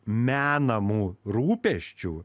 menamų rūpesčių